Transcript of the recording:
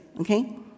okay